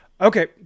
Okay